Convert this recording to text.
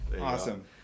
Awesome